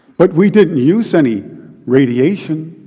but we didn't use any radiation.